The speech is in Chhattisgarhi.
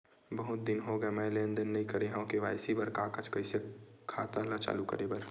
बहुत दिन हो गए मैं लेनदेन नई करे हाव के.वाई.सी बर का का कइसे खाता ला चालू करेबर?